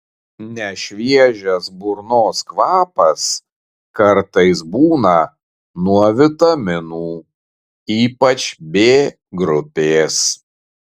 nešviežias burnos kvapas kartais būna nuo vitaminų ypač b grupės